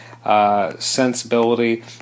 Sensibility